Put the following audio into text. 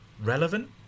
relevant